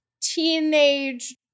teenage